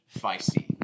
feisty